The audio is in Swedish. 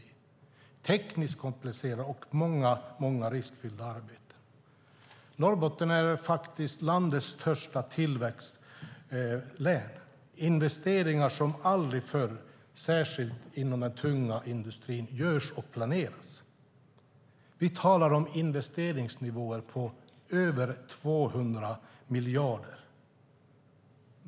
Den är tekniskt komplicerad och innebär många riskfyllda arbeten. Norrbotten är faktiskt landets största tillväxtlän. Investeringar planeras och görs som aldrig förr, särskilt inom den tunga industrin. Vi talar om investeringsnivåer på över 200 miljarder.